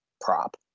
prop